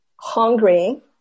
hungry